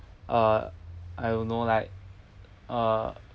uh I don't know like uh